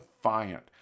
defiant